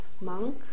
monk